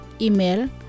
Email